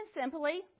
simply